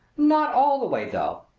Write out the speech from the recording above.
not all the way, though.